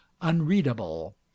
unreadable